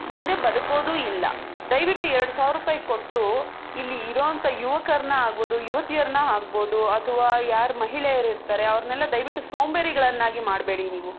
ಮುಂದೆ ಬದುಕೋದೂ ಇಲ್ಲ ದಯವಿಟ್ಟು ಎರಡು ಸಾವಿರ ರೂಪಾಯಿ ಕೊಟ್ಟು ಇಲ್ಲಿ ಇರೋ ಅಂಥ ಯುವಕರನ್ನ ಆಗ್ಬೋದು ಯುವತಿಯರನ್ನ ಆಗ್ಬೋದು ಅಥವಾ ಯಾರು ಮಹಿಳೆಯರು ಇರ್ತಾರೆ ಅವ್ರನ್ನೆಲ್ಲ ದಯವಿಟ್ಟು ಸೋಂಬೇರಿಗಳನ್ನಾಗಿ ಮಾಡಬೇಡಿ ನೀವು